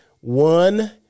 one